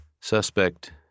suspect